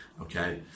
okay